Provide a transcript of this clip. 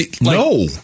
no